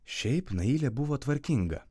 šiaip nailė buvo tvarkinga